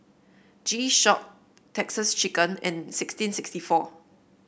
G Shock Texas Chicken and sixteen sixty four